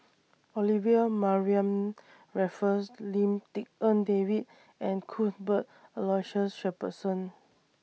Olivia Mariamne Raffles Lim Tik En David and Cuthbert Aloysius Shepherdson